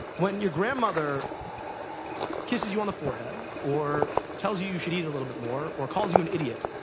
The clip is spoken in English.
when your grandmother kisses you on the forehead, or tells you you should eat a little bit more, or calls you an idiot,